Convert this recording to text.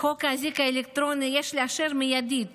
האזיק האלקטרוני יש לאשר מיידית